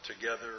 together